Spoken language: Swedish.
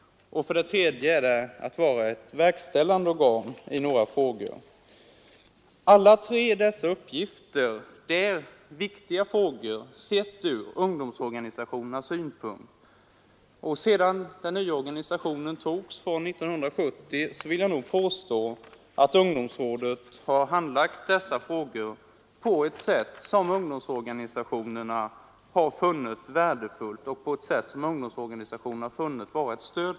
För det tredje är rådet ett verkställande organ i vissa frågor. Alla dessa uppgifter är viktiga ur ungdomsorganisationernas synpunkt. Sedan den nya organisationen infördes 1970 vill jag påstå att ungdomsrådet handlagt dessa frågor på ett sätt som ungdomsorganisationerna funnit vara värdefullt och till stöd för deras verksamhet.